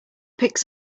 picks